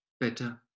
better